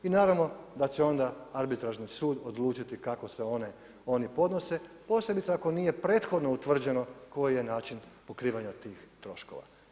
I naravno da će onda Arbitražni sud odlučiti kako se oni podnose posebice ako nije prethodno utvrđeno koji je način pokrivanja tih troškova.